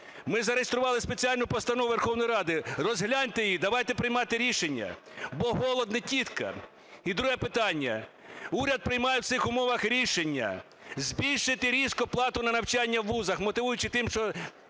Ми зареєстрували спеціальну постанову Верховної Ради, розгляньте її, давайте приймати рішення, бо голод не тітка. І друге питання. Уряд приймає в цих умовах рішення збільшити різко плату на навчання у вузах, мотивуючи тим, що